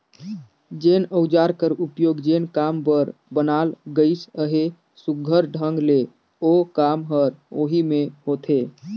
जेन अउजार कर उपियोग जेन काम बर बनाल गइस अहे, सुग्घर ढंग ले ओ काम हर ओही मे होथे